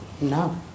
no